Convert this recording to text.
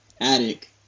attic